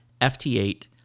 FT8